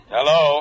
Hello